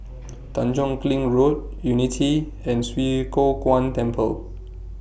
Tanjong Kling Road Unity and Swee Kow Kuan Temple